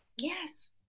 Yes